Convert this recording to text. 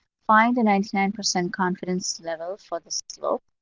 find a ninety nine percent confidence level for the slope.